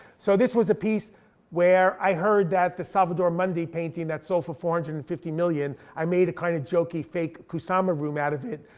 so this was a piece where i heard that the salvador munday painting that sold for four hundred and and fifty million, i made a kind of jokey fake kusama room out of it.